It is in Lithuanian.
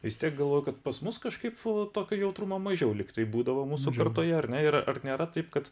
vis tiek galvoju kad pas mus kažkaip tokio jautrumo mažiau lyg tai būdavo mūsų kartoje ar ne ir ar nėra taip kad